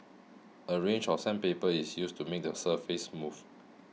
a range of sandpaper is used to make the surface smooth